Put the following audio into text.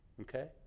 Okay